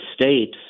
states